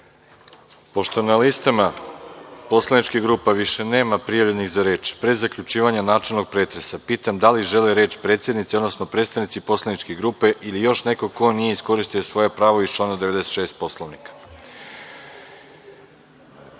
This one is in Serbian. na listama poslaničkih grupa više nema prijavljenih za reč, pre zaključivanja načelnog pretresa pitam – da li žele reč predsednici, odnosno predstavnici poslaničkih grupa ili još neko ko nije iskoristio svoje pravo iz člana 96. Poslovnika? Prvi